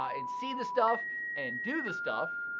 ah and see the stuff and do the stuff.